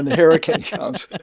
and hurricane comes